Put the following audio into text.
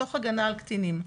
מתוך הגנה על קטינים,